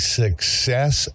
success